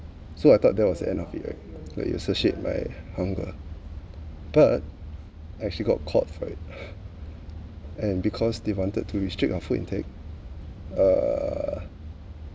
so I thought that was the end of it right like you associate by hunger but I actually got caught for it and because they wanted to restrict your food intake uh